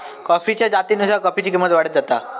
कॉफीच्या जातीनुसार कॉफीची किंमत वाढत जाता